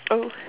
oh